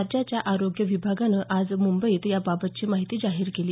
राज्याच्या आरोग्य विभागानं आज मुंबईत याबाबतची माहिती जाहीर केली